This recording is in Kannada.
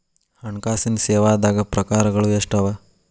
ಹಣ್ಕಾಸಿನ್ ಸೇವಾದಾಗ್ ಪ್ರಕಾರ್ಗಳು ಎಷ್ಟ್ ಅವ?